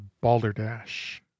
balderdash